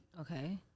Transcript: Okay